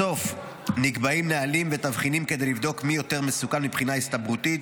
בסוף נקבעים נהלים ותבחינים כדי לבדוק מי יותר מסוכן מבחינה הסתברותית,